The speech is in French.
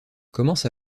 commence